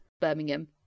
Birmingham